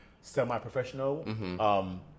semi-professional